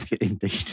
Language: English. Indeed